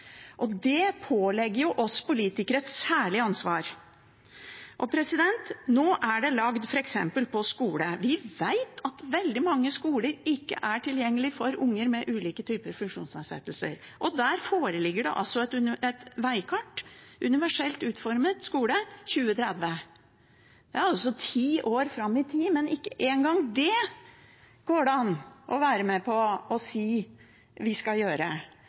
Det pålegger oss politikere et særlig ansvar. Nå er det lagd f.eks. for skoler. Vi vet at veldig mange skoler ikke er tilgjengelige for unger med ulike typer funksjonsnedsettelser. Der foreligger det et vegkart – Universelt utformet nærskole 2030. Det er ti år fram i tid, men ikke engang det går det an å være med på å si at vi skal gjøre.